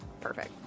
perfect